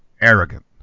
arrogant